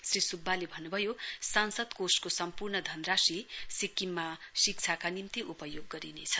श्री सुब्बाले भन्नु भयो सांसद कोषको सम्पूर्ण धनराशी सिक्किममा शिक्षाका निम्ति उपयोग गरिनेछ